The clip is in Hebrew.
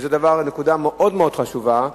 וזו נקודה מאוד חשובה,